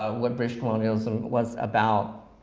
ah what british colonialism was about.